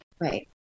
Right